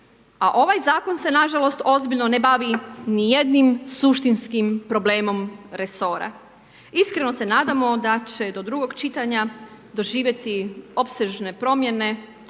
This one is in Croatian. a ovaj zakon se nažalost ozbiljno ne bavi nijednim suštinskim problemom resora. Iskreno se nadamo da će do drugog čitanja doživjeti opsežne promjene